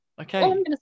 okay